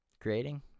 creating